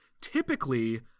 typically